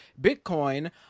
Bitcoin